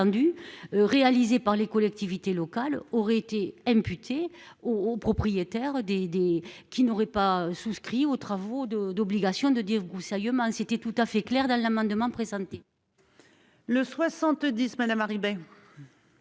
réalisés par les collectivités locales auraient été imputée au propriétaire des des qui n'auraient pas souscrit aux travaux de d'obligation de débroussaillement, c'était tout à fait clair dans l'amendement présenté. Le 70, madame Ribet.